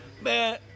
Man